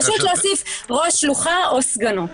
פשוט להוסיף "ראש שלוחה או סגנו".